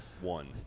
one